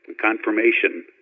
confirmation